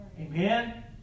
Amen